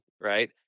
right